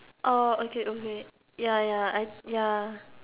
oh okay okay ya ya I ya